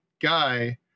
guy